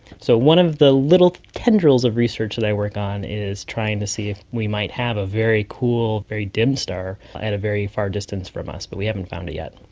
so one of the little tendrils of research that i work on is trying to see if we might have a very cool, very dim star at a very far difference from us, but we haven't found it yet.